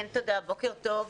כן, תודה, בוקר טוב.